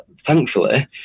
thankfully